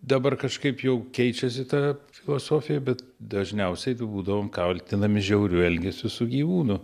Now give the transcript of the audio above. dabar kažkaip jau keičiasi ta filosofija bet dažniausiai būdavom kaltinami žiauriu elgesiu su gyvūnu